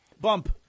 Bump